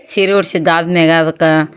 ಸೀರಿ ಉಡ್ಸಿದ್ದು ಆದ್ಮ್ಯಾಗೆ ಅದಕ್ಕೆ